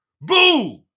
Boo